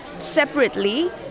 separately